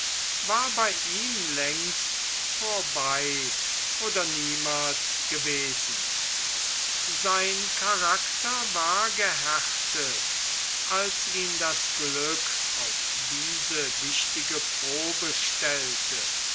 war bei ihm längst vorbei oder niemals gewesen sein charakter war gehärtet als ihn das glück auf diese wichtige probe stellte